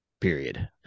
period